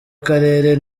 karere